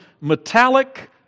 metallic